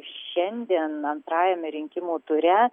šiandien antrajame rinkimų ture